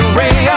ray